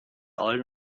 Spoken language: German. allen